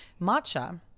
Matcha